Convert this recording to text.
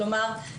כלומר,